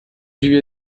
wir